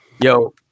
Yo